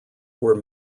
were